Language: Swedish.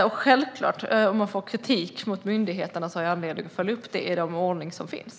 Om det framkommer kritik mot myndigheterna har jag självklart anledning att följa upp det i den ordning som finns.